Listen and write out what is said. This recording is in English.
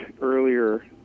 earlier